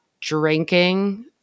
drinking